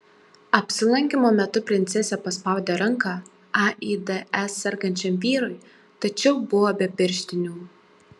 apsilankymo metu princesė paspaudė ranką aids sergančiam vyrui tačiau buvo be pirštinių